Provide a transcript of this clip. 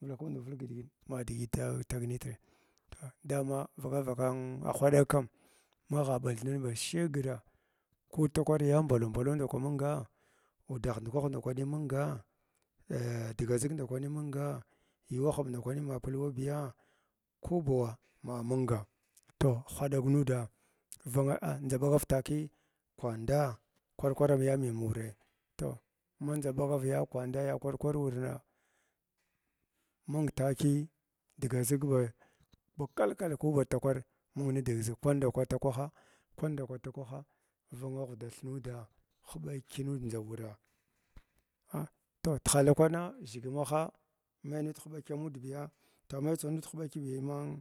valakumdu vulg kidigit ma digit digit tagnitr toh dama vaka kaka hwaɗag kam magha ɓathnan ba shagraa ko tukwar ba ya mbalo mbalo ndaku munda uudah ndukwah ndakwani munga eh diga ʒig ndakwani munga yuwa huɓg ndakwani wa piwabiya ku bawa maba munga toh hwadlag nuda vanga ah ndʒaɓdgar takiy kwandaa kwar kwar am ya miyam wuta tola madnʒa ɓagav ya kwanda kwar kwar wurnaa mung tuviiy dga ʒig ba ba kalkala ku ba ta uwar mung ni dig zig kwanda kwah takwaha kwanda kwani tukwnha vanga ghudath nuuda buɓky nuda ndʒa wura a toh tihala kwana zigmaha mai nuud nubakya huɓakya bima.